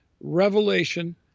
revelation